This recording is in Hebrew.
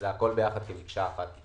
זה הכול ביחד כמקשה אחת.